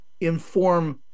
inform